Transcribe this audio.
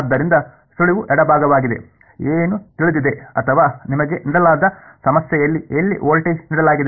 ಆದ್ದರಿಂದ ಸುಳಿವು ಎಡಭಾಗವಾಗಿದೆ ಏನು ತಿಳಿದಿದೆ ಅಥವಾ ನಿಮಗೆ ನೀಡಲಾದ ಸಮಸ್ಯೆಯಲ್ಲಿ ಎಲ್ಲಿ ವೋಲ್ಟೇಜ್ ನೀಡಲಾಗಿದೆ